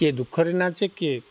କିଏ ଦୁଃଖରେ ନାଚେ କିଏ